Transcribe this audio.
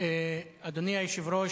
אדוני היושב-ראש,